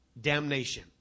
damnation